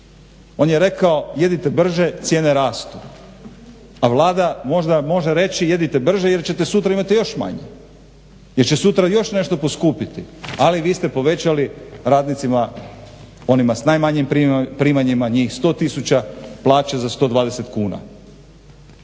On je rekao jedite brže, cijene rastu, a Vlada možda može reći jedite brže jer ćete sutra imati još manje, jer će sutra još nešto poskupiti, ali vi ste povećali radnicima onima s najmanjim primanjima, njih 100 tisuća plaće za 120 kuna.